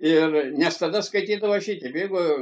ir nes tada skaitydavo šitaip jeigu